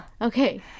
Okay